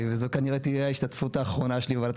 וזו כנראה תהיה ההשתתפות האחרונה שלי בוועדת